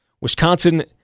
Wisconsin